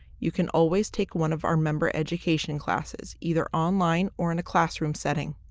you can always take one of our member education classes either online or in a classroom setting.